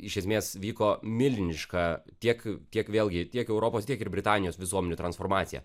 iš esmės vyko milžiniška tiek kiek vėlgi tiek europos tiek ir britanijos visuomenių transformacija